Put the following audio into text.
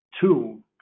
two